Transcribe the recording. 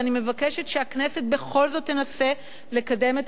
ואני מבקשת שהכנסת בכל זאת תנסה לקדם את